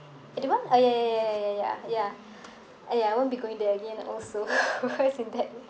that one uh ya ya ya ya ya ya ya !aiya! I won't be going there again also in that